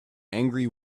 angry